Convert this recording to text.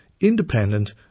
independent